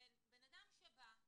אדם שבא,